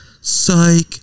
Psych